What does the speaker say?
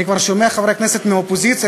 אני כבר שומע חברי כנסת מהאופוזיציה